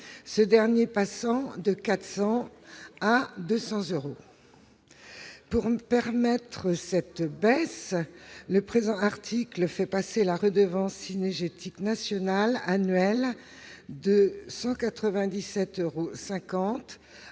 celui-ci passant de 400 à 200 euros. Pour permettre cette baisse, le présent article fait passer la redevance cynégétique nationale annuelle de 197,50 euros